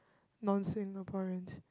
non Singaporeans